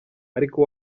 ariko